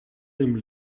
them